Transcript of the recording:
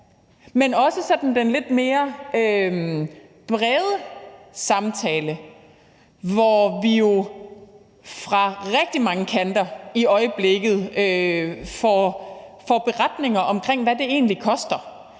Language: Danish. men også den lidt bredere samtale, hvor vi jo fra rigtig mange kanter i øjeblikket får beretninger om, hvad det egentlig koster.